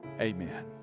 amen